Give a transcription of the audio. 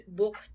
book